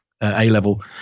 A-level